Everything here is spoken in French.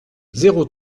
zéro